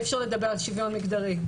אי אפשר לדבר על שוויון מגדרי,